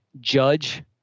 Judge